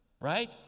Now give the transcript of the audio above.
right